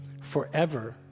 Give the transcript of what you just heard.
forever